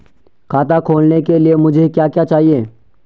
खाता खोलने के लिए मुझे क्या क्या चाहिए?